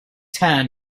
turn